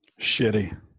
Shitty